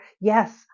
yes